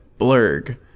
blurg